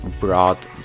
brought